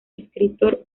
escritor